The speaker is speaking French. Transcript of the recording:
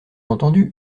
entendu